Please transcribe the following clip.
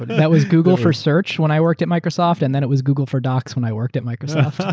but and that was google for search when i worked at microsoft and then it was google for docs when i worked at microsoft.